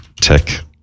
tech